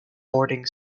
boarding